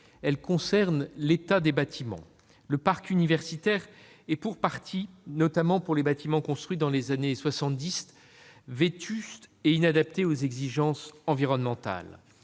veux parler de l'état des bâtiments. Le parc universitaire est pour partie, s'agissant notamment des bâtiments construits dans les années 1970, vétuste et inadapté aux exigences environnementales.